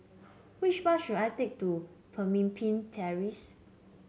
which bus should I take to Pemimpin Terrace